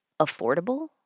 affordable